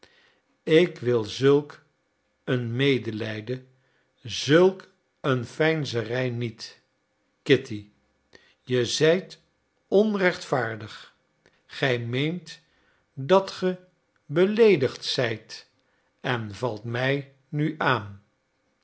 ik wil zulk een medelijden zulk een veinzerij niet kitty je zijt onrechtvaardig gij meent dat ge beleedigd zijt en valt mij nu aan